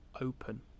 open